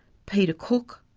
peter cooke,